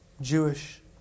Jewish